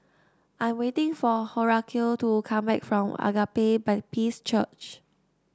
I'm waiting for Horacio to come back from Agape Baptist Church